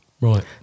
Right